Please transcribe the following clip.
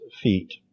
feet